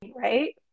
right